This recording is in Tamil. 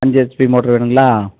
அஞ்சு எஸ்பி மோட்டர் வேணும்ங்களா